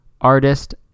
artist